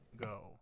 go